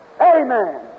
Amen